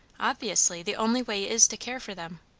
obviously, the only way is to care for them.